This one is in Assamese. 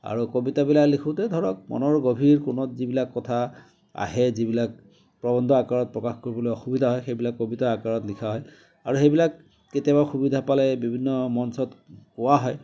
আৰু কবিতাবিলাক লিখোঁতে ধৰক মনৰ গভীৰ কোণত যিবিলাক কথা আহে যিবিলাক প্ৰৱন্ধ আকাৰত প্ৰকাশ কৰিবলৈ অসুবিধা হয় সেইবিলাক কবিতা আকাৰত লিখা হয় আৰু সেইবিলাক কেতিয়াবা সুবিধা পালে বিভিন্ন মঞ্চত কোৱা হয়